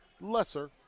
lesser